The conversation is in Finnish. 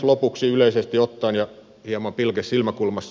lopuksi yleisesti ottaen ja hieman pilke silmäkulmassa